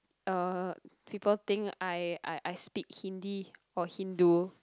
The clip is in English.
uh people think I I I speak Hindi or Hindu